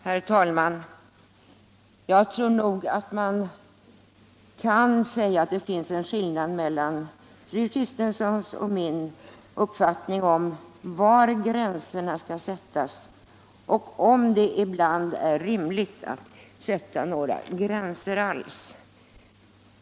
Herr talman! Jag tror nog att man kan säga att det finns en skillnad mellan fru Kristenssons och min uppfattning om var gränser skall sättas och om det ibland är rimligt att sätta några gränser över huvud taget.